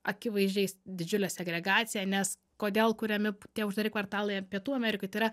akivaizdžiais didžiulė segregacija nes kodėl kuriami tie uždari kvartalai pietų amerikoj tai yra